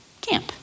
camp